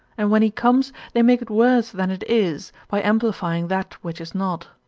and when he comes, they make it worse than it is, by amplifying that which is not.